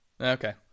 Okay